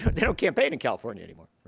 they don't campaign in california anymore,